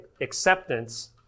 acceptance